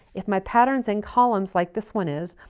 if my patterns and columns like this one is,